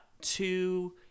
two